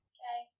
Okay